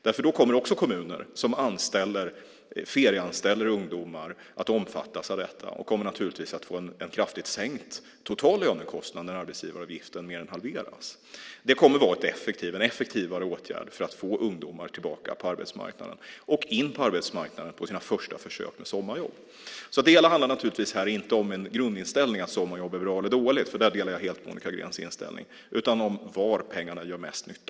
Då kommer också kommuner som ferieanställer ungdomar att omfattas av detta. De kommer att få en kraftigt sänkt total lönekostnad när arbetsgivaravgiften mer än halveras. Det kommer att vara en effektivare åtgärd för att få ungdomar tillbaka på arbetsmarknaden och in på arbetsmarknaden på sina första försök med sommarjobb. Det hela handlar inte om en grundinställning att sommarjobb är bra eller dåligt - där delar jag helt Monica Greens inställning - utan om var pengarna gör mest nytta.